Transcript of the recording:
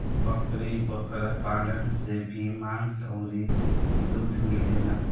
बकरी बकरा पालन से भी मांस अउरी दूध मिलेला